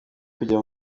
kujya